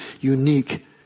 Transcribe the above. unique